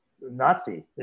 Nazi